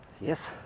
yes